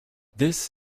this